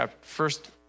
first